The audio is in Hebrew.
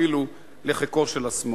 אפילו לחיקו של השמאל?